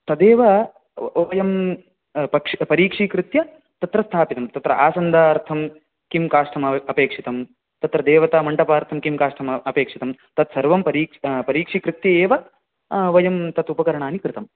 तदेव वयं परीक्षिकृत्य तत्र स्थापितं तत्र आसन्दार्थं किं काष्टम् अपेक्षितं तत् देवतामण्टपार्थं किं काष्टम् अपेक्षितं तत् सर्वं परीक्षिकृत्य एव वयं तत् उपकरणानि कृतम्